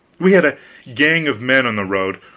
we had a gang of men on the road,